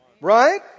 Right